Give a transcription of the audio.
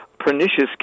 pernicious